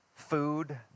food